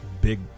big